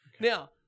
Now